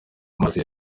mazi